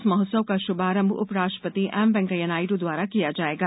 इस महोत्सव का शुभारंभ उपराष्ट्रपति एम वेंकैया नायडू द्वारा किया जायेगा